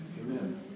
Amen